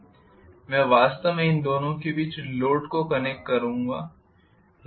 मैं वास्तव में इन दोनों के बीच लोड को कनेक्ट करूँगा